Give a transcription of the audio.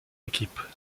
équipes